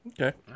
Okay